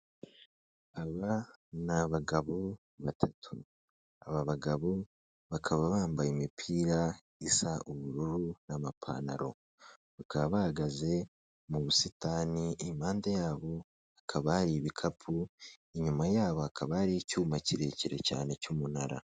Aba ni abagabo batatu, aba bagabo bakaba bambaye imipira isa ubururu n'amapantaro, bakaba bahagaze mu busitani impande yabo hakaba hari ibikapu, inyuma yabo hakaba hari icyuma kirekire cyane cy'umunara.